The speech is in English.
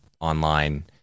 online